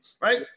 right